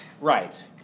right